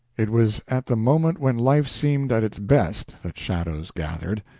it was at the moment when life seemed at its best that shadows gathered.